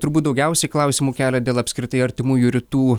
turbūt daugiausiai klausimų kelia dėl apskritai artimųjų rytų